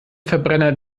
verbrenner